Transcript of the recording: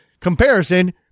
comparison